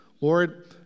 Lord